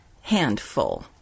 handful